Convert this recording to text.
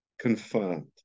Confirmed